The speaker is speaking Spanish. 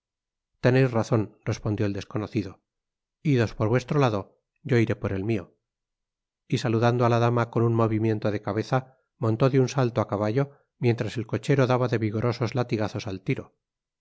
teneis razon respondió el desconocido idos por vuestro lado yo iré por el mio y saludando á la dama con un movimiento de cabeza montó de un salto á caballo mientras el cochero daba de vigorosos latigazos al tiro